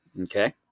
Okay